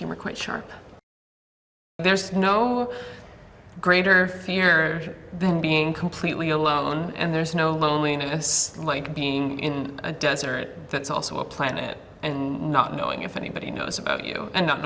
humor quite sharp there's no greater fear then being completely alone and there's no loneliness like being in a desert that's also a planet and not knowing if anybody knows about you and not